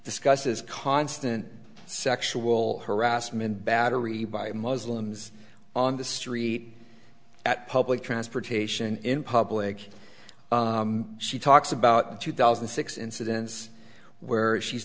discusses constant sexual harassment battery by muslims on the street at public transportation in public she talks about two thousand and six incidents where she's